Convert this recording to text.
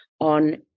on